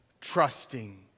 trusting